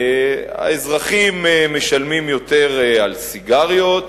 האזרחים משלמים יותר על סיגריות,